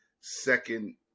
second